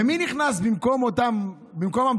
ומי נכנס במקום המדינה?